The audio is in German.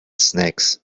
snacks